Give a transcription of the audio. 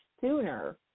sooner